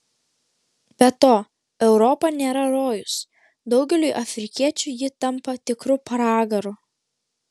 be to europa nėra rojus daugeliui afrikiečių ji tampa tikru pragaru